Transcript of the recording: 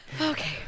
Okay